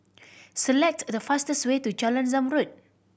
select the fastest way to Jalan Zamrud